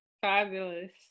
Fabulous